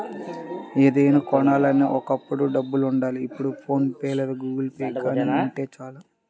ఏది కొనాలన్నా ఒకప్పుడు డబ్బులుండాలి ఇప్పుడు ఫోన్ పే లేదా గుగుల్పే గానీ ఉంటే చాలు